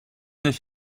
nicht